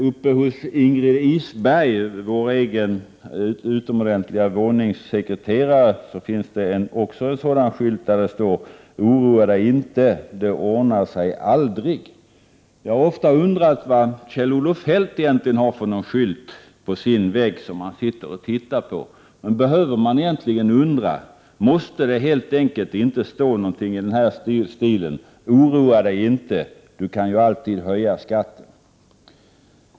Uppe hos Ingrid Isberg, vår utomordentliga våningssekreterare, finns en skylt på vilken det står: Oroa dig inte, det ordnar sig aldrig. Jag har ofta undrat vad det står på den skylt på väggen hemma hos Kjell-Olof Feldt som han sitter och tittar på. Men behöver man egentligen undra? Måste det helt enkelt inte stå någonting i den här stilen: Oroa dig inte, du kan ju alltid höja skatten.